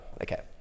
Okay